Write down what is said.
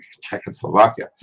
Czechoslovakia